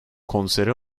konsere